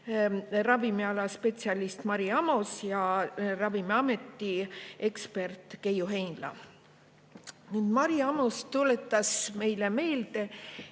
ravimiala spetsialist Mari Amos ja Ravimiameti ekspert Keiu Heinla. Mari Amos tuletas meile meelde,